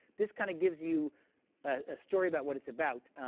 this kind of gives you a story about what it's about,